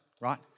right